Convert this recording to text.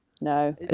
no